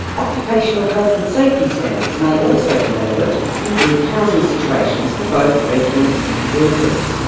occupational health and safety standards may also be relevant in group housing situations for both residents and workers.